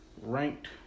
ranked